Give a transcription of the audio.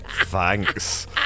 thanks